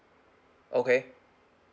okay